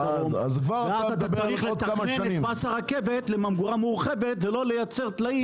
צריך לתכנן את פס הרכבת לממגורה מורחבת לא לייצר טלאים.